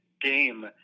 game